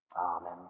Amen